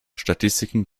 statistiken